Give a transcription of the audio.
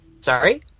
Sorry